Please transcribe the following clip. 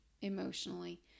emotionally